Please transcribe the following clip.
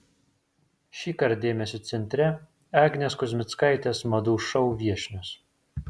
šįkart dėmesio centre agnės kuzmickaitės madų šou viešnios